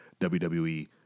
WWE